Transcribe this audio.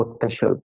potential